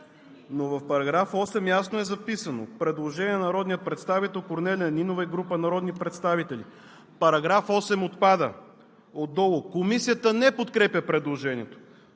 но в § 8 ясно е записано: „Предложение на народния представител Корнелия Нинова и група народни представители: „§ 8 отпада“.“ Отдолу: „Комисията не подкрепя предложението.“